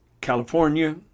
California